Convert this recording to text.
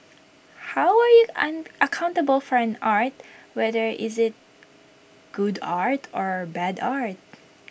how are you an accountable for an art whether is IT good art or bad art